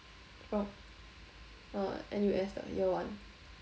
uh N_U_S 的 year one